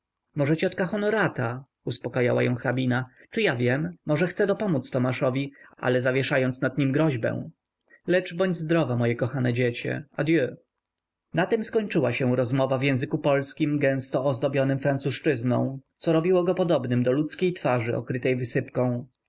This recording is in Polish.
możeto ciotka honorata uspakajała ją hrabina czy ja wiem może chce dopomódz tomaszowi ale zawieszając nad nim groźbę lecz bądź zdrowa moje kochane dziecię adieu na tem skończyła się rozmowa w języku polskim gęsto ozdobionym francuzczyzną co robiło go podobnym do ludzkiej twarzy okrytej wysypką